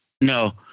No